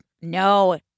No